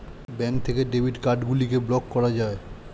bank থেকে debit card গুলিকে block করা যায়